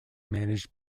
managed